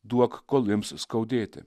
duok kol ims skaudėti